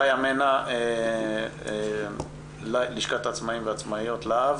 חיה מנע מלשכת העצמאים והעצמאיות להב,